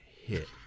hit